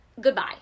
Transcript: goodbye